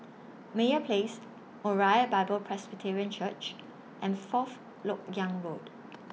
Meyer Place Moriah Bible Presbyterian Church and Fourth Lok Yang Road